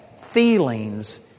feelings